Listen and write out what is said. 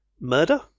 murder